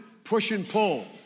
push-and-pull